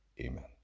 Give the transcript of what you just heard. Amen